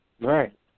Right